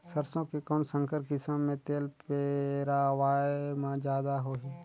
सरसो के कौन संकर किसम मे तेल पेरावाय म जादा होही?